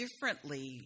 differently